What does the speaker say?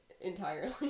entirely